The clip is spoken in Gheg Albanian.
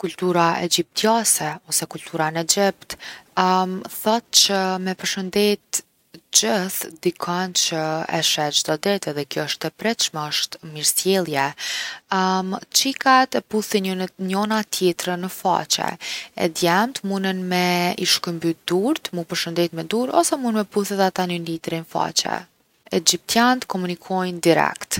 Kultura egjitptiase ose kultura në Egjipt thotë që me përshëndet gjithë dikon që e dheh çdo ditë edhe kjo osht e pritshme, osht mirësjellje. qikat e pushin njona tjetrën në faqe e djemt munen me i shkëmby durt, me u përshëndet me durë, ose munen me puth edhe ata njoni tjetrin n’faqe. Egjiptiant komunikojnë direkt.